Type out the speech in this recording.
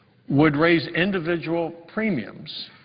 would raise individual premiums,